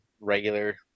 regular